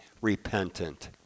repentant